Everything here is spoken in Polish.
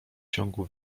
ciągu